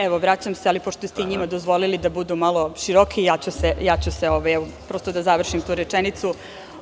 Evo, vraćam se, ali pošto ste i njima dozvoliti da budu malo široki, prosto ću da završim rečenicu.